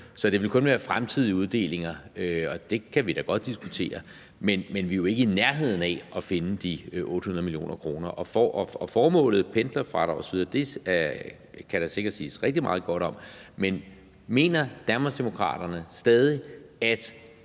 Så det vil kun være fremtidige uddelinger, og det kan vi da godt diskutere. Men vi er jo ikke i nærheden af at finde de 800 mio. kr. Formålet med pendlerfradrag osv. kan der sikkert siges rigtig meget godt om, men mener Danmarksdemokraterne stadig, at